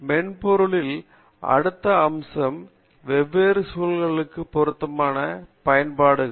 மென்பொருளின் அடுத்த அம்சம் வெவ்வேறு சூழல்களுக்கு பொருந்தும் பயன்பாடுகள்